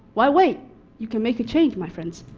why wait you can make a change my friends.